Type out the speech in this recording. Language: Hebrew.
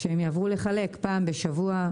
שהם יעברו לחלק דואר פעם בשבוע.